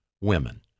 women